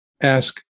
Ask